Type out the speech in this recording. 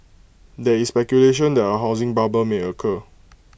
there is speculation that A housing bubble may occur